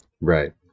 Right